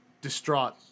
Distraught